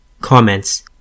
Comments